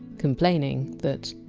complaining that,